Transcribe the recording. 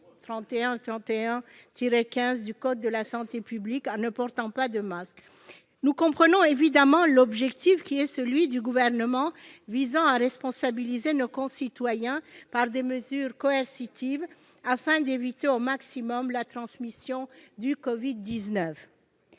3131-15 du code de la santé publique, en ne portant pas de masque. Nous comprenons évidemment l'objectif du Gouvernement visant à responsabiliser nos concitoyens par des mesures coercitives, afin d'éviter au maximum la transmission du Covid-19.